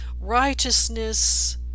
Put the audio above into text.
Righteousness